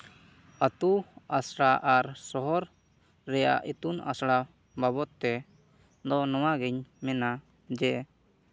ᱟᱛᱳ ᱟᱥᱲᱟ ᱟᱨ ᱥᱚᱦᱚᱨ ᱨᱮᱭᱟᱜ ᱤᱛᱩᱱ ᱟᱥᱲᱟ ᱵᱟᱵᱚᱫ ᱛᱮ ᱫᱚ ᱱᱚᱣᱟᱜᱤᱧ ᱢᱮᱱᱟ ᱡᱮ